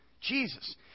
Jesus